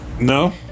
no